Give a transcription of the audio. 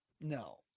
No